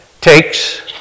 takes